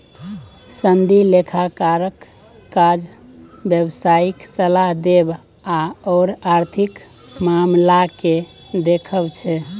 सनदी लेखाकारक काज व्यवसायिक सलाह देब आओर आर्थिक मामलाकेँ देखब छै